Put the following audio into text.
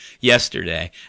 yesterday